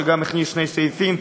שגם הכניס שני סעיפים,